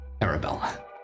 Arabella